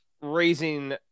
raising